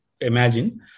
imagine